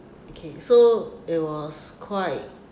okay so it was quite